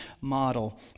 model